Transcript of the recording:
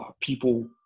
people